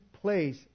place